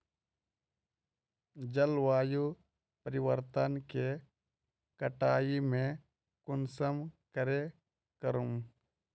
जलवायु परिवर्तन के कटाई में कुंसम करे करूम?